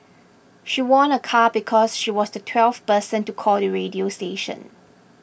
she won a car because she was the twelfth person to call the radio station